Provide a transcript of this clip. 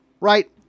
right